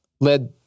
led